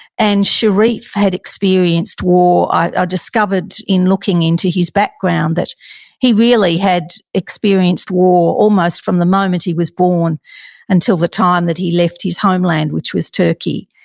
and sherif had experienced war. i discovered in looking into his background that he really had experienced war almost from the moment he was born until the time that he left his homeland, which was turkey,